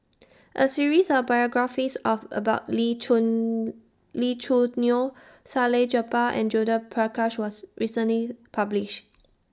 A series of biographies of about Lee Chun Lee Choo Neo Salleh Japar and Judith Prakash was recently published